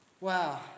Wow